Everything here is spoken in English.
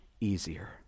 easier